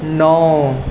नओ